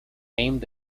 aimed